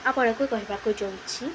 ଆପଣଙ୍କୁ କହିବାକୁ ଯାଉଛି